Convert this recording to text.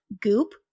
goop